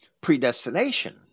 predestination